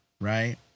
right